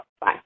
Bye